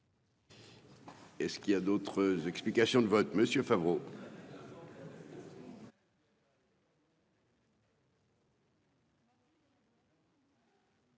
Et ce qu'il y a d'autres explications de vote monsieur Favreau.